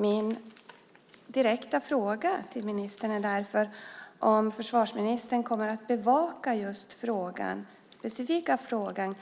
Min direkta fråga är därför om försvarsministern kommer att bevaka den här specifika frågan